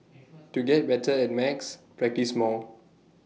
to get better at maths practise more